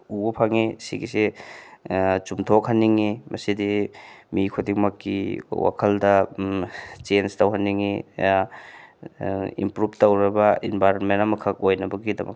ꯎꯕ ꯐꯪꯏ ꯁꯤꯒꯤꯁꯦ ꯆꯨꯝꯊꯣꯛꯍꯟꯅꯤꯡꯏ ꯃꯁꯤꯗꯤ ꯃꯤ ꯈꯨꯗꯤꯡꯃꯛꯀꯤ ꯋꯥꯈꯜꯗ ꯆꯦꯟꯖ ꯇꯧꯍꯟꯅꯤꯡꯏ ꯏꯝꯄ꯭ꯔꯨꯚ ꯇꯧꯔꯕ ꯏꯟꯚꯥꯏꯔꯟꯃꯦꯟ ꯑꯃꯈꯛ ꯑꯣꯏꯅꯕꯒꯤꯗꯃꯛꯇ